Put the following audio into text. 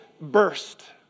burst